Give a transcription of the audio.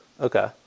okay